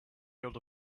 heard